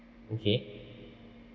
okay